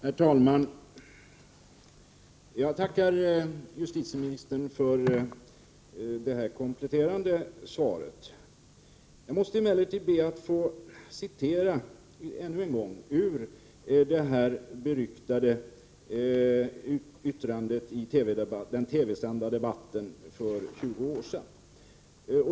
Herr talman! Jag tackar justitieministern för det kompletterande svaret. Jag måste emellertid be att få citera ännu en gång ur det beryktade yttrandet i den TV-sända debatten för 20 år sedan.